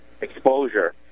exposure